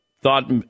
thought